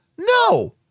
No